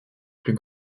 plus